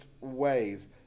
ways